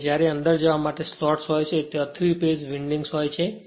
અને જ્યારે અંદર જવા માટે તે સ્લોટ્સ હોય છે જ્યાં 3 ફેજ વિન્ડિંગ્સ હોય છે